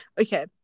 Okay